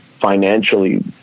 financially